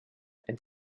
and